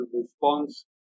response